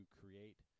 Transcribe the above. create